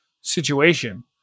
situation